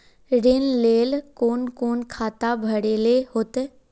ऋण लेल कोन कोन खाता भरेले होते?